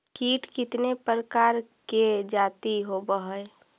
कीट कीतने प्रकार के जाती होबहय?